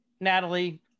Natalie